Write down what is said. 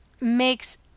makes